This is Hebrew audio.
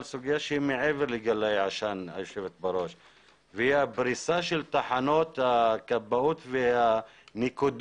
סוגיה שהיא מעבר לגלאי העשן והיא הפריסה של תחנות הכבאות והנקודות